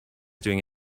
doing